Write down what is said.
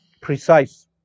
precise